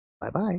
Bye-bye